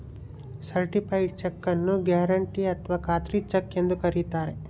certified cheque ನ್ನು guarantee ಅಥಾವ ಖಾತ್ರಿ ಚೆಕ್ ಎಂದು ಕರಿತಾರೆ